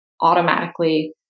automatically